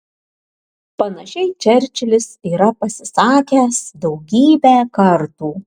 panašiai čerčilis yra pasisakęs daugybę kartų